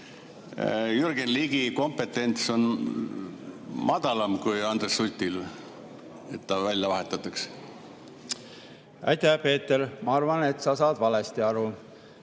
Jürgen Ligi kompetents on madalam kui Andres Sutil, et ta välja vahetatakse? Aitäh, Peeter! Ma arvan, et sa saad valesti aru.